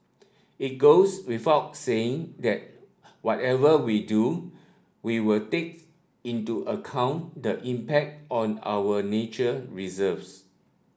it goes without saying that whatever we do we will take into account the impact on our nature reserves